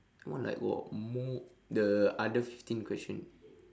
that one like got more the other fifteen question